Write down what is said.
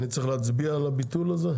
אני צריך להצביע על הביטול הזה?